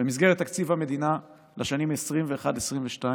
שבתקציב המדינה לשנים 2022-2021